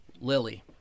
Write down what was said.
Lily